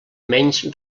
menys